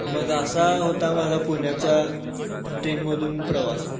मग असा होता माझा पुण्याचा ट्रेनमधून प्रवास